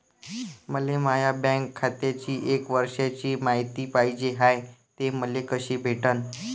मले माया बँक खात्याची एक वर्षाची मायती पाहिजे हाय, ते मले कसी भेटनं?